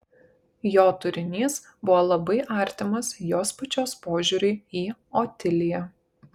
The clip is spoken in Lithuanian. jo turinys buvo labai artimas jos pačios požiūriui į otiliją